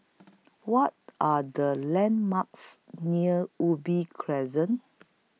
What Are The landmarks near Ubi Crescent